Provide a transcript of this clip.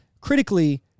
critically